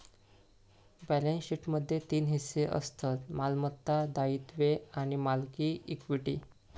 balance शीटमध्ये तीन हिस्से असतत मालमत्ता, दायित्वे आणि मालकी इक्विटी